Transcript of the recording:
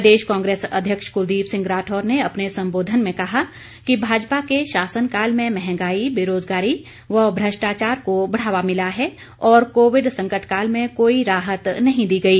प्रदेश कांग्रेस अध्यक्ष कुलदीप सिंह राठौर ने अपने संबोधन में कहा कि भाजपा के शासनकाल में महंगाई बेरोजगारी व भ्रष्टाचार को बढ़ावा मिला है और कोविड संकट काल में कोई राहत नहीं दी गई